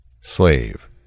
Slave